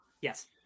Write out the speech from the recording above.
yes